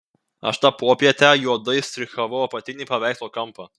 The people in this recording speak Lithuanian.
aš tą popietę juodai štrichavau apatinį paveikslo kampą